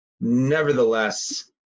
Nevertheless